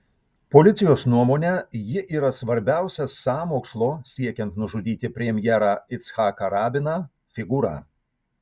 policijos nuomone ji yra svarbiausia sąmokslo siekiant nužudyti premjerą icchaką rabiną figūra